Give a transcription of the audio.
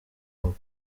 hop